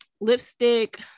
lipstick